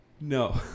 No